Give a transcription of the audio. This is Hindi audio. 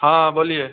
हाँ बोलिए